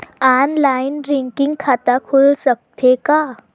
Online recurring खाता खुल सकथे का?